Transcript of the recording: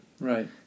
right